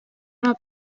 una